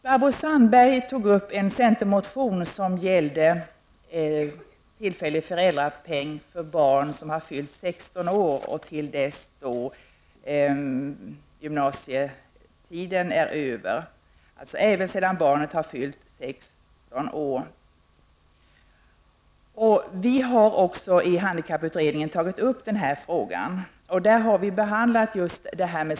Barbro Sandberg tog upp en centermotion som gäller tillfällig föräldrapening som utgår från det att ett barn fyller 16 år och fram till dess att gymnasietiden är över. Vi har också i handikapputredningen tagit upp den frågan.